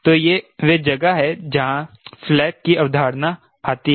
तो यह वह जगह है जहां फ्लैप की अवधारणा आती है